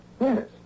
Yes